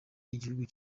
igihugu